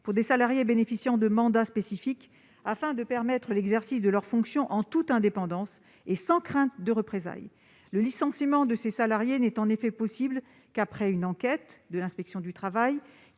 pour des salariés bénéficiant de mandats spécifiques, afin de leur permettre l'exercice de leurs fonctions en toute indépendance et sans crainte de représailles. Ainsi, le licenciement de ces salariés n'est possible qu'après une enquête de l'inspection du travail,